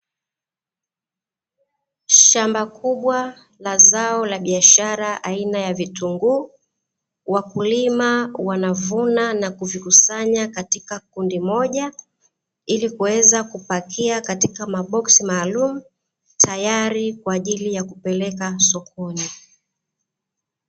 Shamba kubwa la zao la biashara aina ya vitunguu, wakulima wanalima na kuvikusanya katika kundi moja ili kuweza kupakia katika maboksi maalum tayari kwaajili ya kupeleka sokoni.